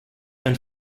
and